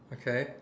okay